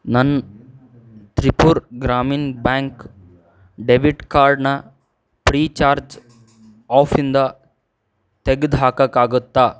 ನನ್ನ Tripura Gramin bank debit ಕಾರ್ಡ್ನ free charge ಆಫಿಂದ ತೆಗ್ದು ಹಾಕೋಕ್ಕಾಗುತ್ತಾ